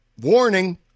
Warning